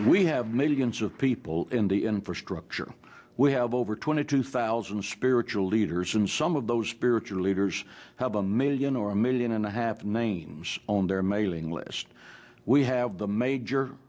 we have millions of people in the infrastructure we have over twenty two thousand spiritual leaders and some of those spiritual leaders have a million or a million and i have names on their mailing list we have the major